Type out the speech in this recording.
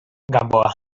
gamboa